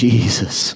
Jesus